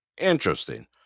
Interesting